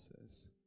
says